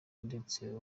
ndetse